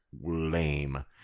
lame